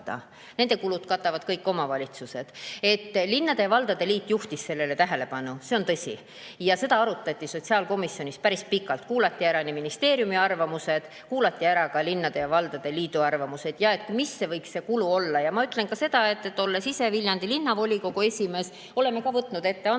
lasteta, katavad omavalitsused. Linnade ja valdade liit juhtis sellele tähelepanu, see on tõsi ja seda arutati sotsiaalkomisjonis päris pikalt, kuulati ära nii ministeeriumi arvamused, kuulati ära ka linnade ja valdade liidu arvamused. Arutati, mis võiks see kulu olla. Ma ütlen ka seda, olles Viljandi Linnavolikogu esimees, et me oleme võtnud ette